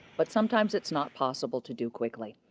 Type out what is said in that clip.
but sometimes it's not possible to do quickly.